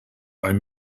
ein